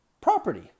property